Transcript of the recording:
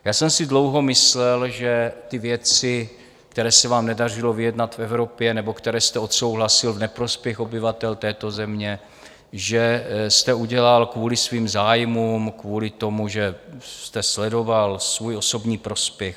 Já jsem si dlouho myslel, že ty věci, které se vám nedařilo vyjednat v Evropě nebo které jste odsouhlasil v neprospěch obyvatel této země, jste udělal kvůli svým zájmům, kvůli tomu, že jste sledoval svůj osobní prospěch.